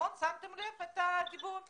שמת לב לדיבור הזה?